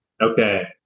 Okay